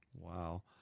Wow